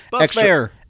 extra